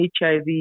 HIV